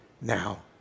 now